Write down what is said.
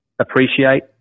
appreciate